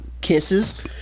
Kisses